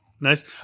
nice